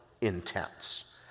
intense